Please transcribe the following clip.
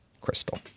Crystal